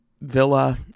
Villa